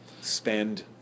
spend